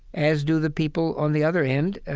as do the people on the other end,